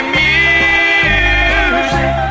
music